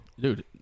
dude